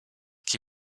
qui